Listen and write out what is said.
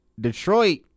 Detroit